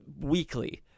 weekly